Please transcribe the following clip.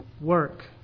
work